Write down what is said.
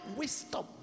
wisdom